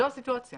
זאת הסיטואציה